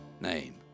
name